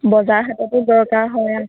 বজাৰ হাততো দৰকাৰ হয়